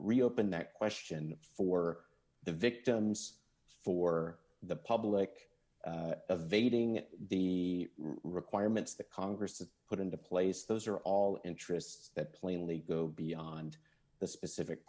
reopen that question for the victims for the public of aiding the requirements the congress to put into place those are all interests that plainly go beyond the specific